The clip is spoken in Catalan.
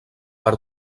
per